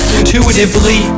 intuitively